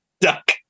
duck